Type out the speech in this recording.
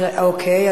אוקיי.